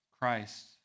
Christ